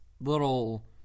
little